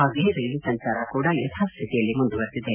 ಹಾಗೆಯೇ ರೈಲು ಸಂಚಾರ ಕೂಡ ಯಥಾಸ್ಥಿತಿಯಲ್ಲಿ ಮುಂದುವರೆದಿದೆ